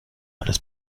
alles